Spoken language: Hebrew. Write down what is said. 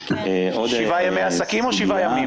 שבעה ימי עסקים או שבעה ימים?